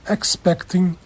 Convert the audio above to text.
Expecting